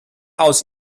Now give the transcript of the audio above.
aus